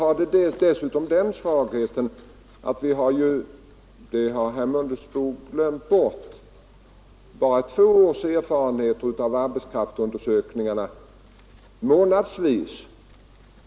Dessutom finns den svagheten — det har herr Mundebo glömt bort — att vi har bara två års erfarenheter av arbetskraftsundersökningarna månadsvis.